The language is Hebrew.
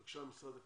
בבקשה, משרד הקליטה,